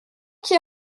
qui